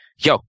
yo